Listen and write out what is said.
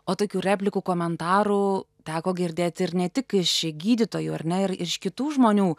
o tokių replikų komentarų teko girdėti ir ne tik iš gydytojų ar ne ir iš kitų žmonių